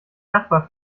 nachbar